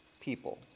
people